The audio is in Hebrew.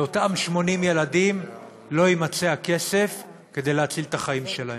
לאותם 80 ילדים לא יימצא הכסף כדי להציל את החיים שלהם.